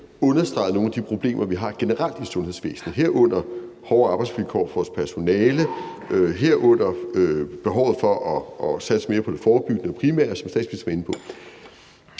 understreget nogle af de problemer, vi har generelt i sundhedsvæsenet, herunder hårde arbejdsvilkår for personalet og behovet for at satse mere på det forebyggende og primære, som statsministeren var inde på.